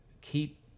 keep